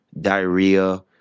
diarrhea